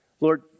Lord